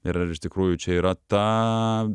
ir ar iš tikrųjų čia yra ta